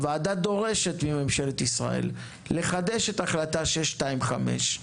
הוועדה דורשת מממשלת ישראל לחדש את החלטה 625,